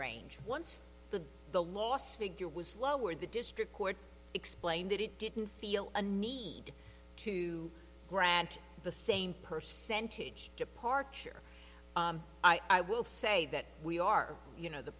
range once the the last figure was lowered the district court explained that it didn't feel a need to grant the same percentage departure i will say that we are you know the